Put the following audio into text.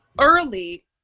early